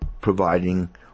providing